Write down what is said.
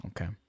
Okay